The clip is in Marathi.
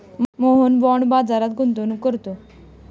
मोहन बाँड बाजारात गुंतवणूक करतो